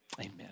amen